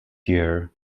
year